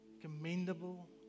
commendable